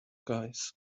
guys